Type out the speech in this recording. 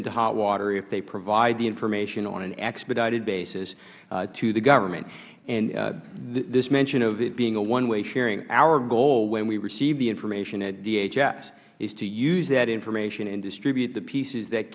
into hot water if they provide the information on an expedited basis to the government this mention of it being one way sharing our goal when we receive the information at dhs is to use that information and distribute the pieces that